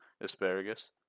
asparagus